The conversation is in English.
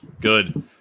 Good